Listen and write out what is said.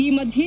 ಈ ಮಧ್ಯೆ